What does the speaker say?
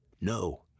No